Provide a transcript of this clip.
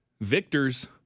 Victors